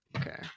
okay